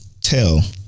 tell